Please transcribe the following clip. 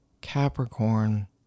Capricorn